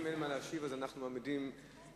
אם אין מה להשיב אנחנו מעמידים את